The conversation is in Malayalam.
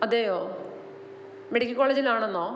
അതെയോ മെഡിക്കൽ ക്കോളേജിലാണെന്നോ